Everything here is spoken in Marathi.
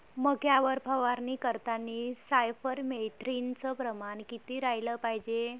मक्यावर फवारनी करतांनी सायफर मेथ्रीनचं प्रमान किती रायलं पायजे?